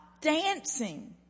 dancing